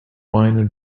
minor